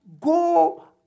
go